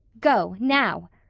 go, now!